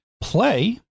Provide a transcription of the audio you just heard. Play